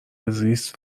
زیست